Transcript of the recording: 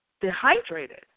dehydrated